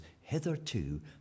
hitherto